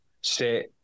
set